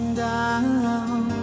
down